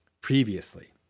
previously